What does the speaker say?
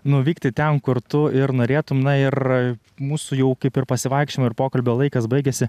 nuvykti ten kur tu ir norėtum na ir mūsų jau kaip ir pasivaikščiojamo ir pokalbio laikas baigiasi